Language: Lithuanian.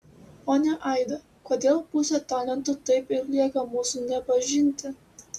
ponia aida kodėl pusė talentų taip ir lieka mūsų nepažinti